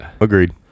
Agreed